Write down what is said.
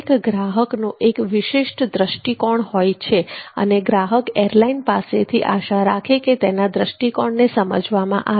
દરેક ગ્રાહકનો એક વિશિષ્ટ દૃષ્ટિકોણ હોય છે અને ગ્રાહક એરલાઇન્સ પાસેથી આશા રાખે છે કે તેના દૃષ્ટિકોણને સમજવામાં આવે